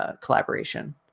Collaboration